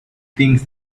things